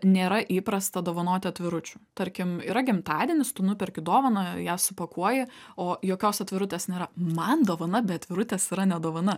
nėra įprasta dovanoti atviručių tarkim yra gimtadienis tu nuperki dovaną ją supakuoji o jokios atvirutės nėra man dovana be atvirutės yra ne dovana